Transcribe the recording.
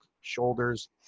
shoulders